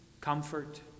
comfort